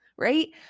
right